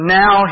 now